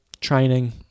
training